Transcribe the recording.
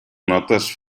notes